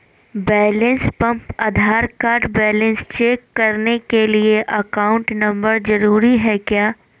Balance पंप Aadhaar card balance check करने के लिए अकाउंट नंबर जरूरी है क्या?